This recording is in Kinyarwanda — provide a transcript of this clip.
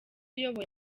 uyoboye